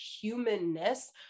humanness